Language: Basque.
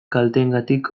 kalteengatik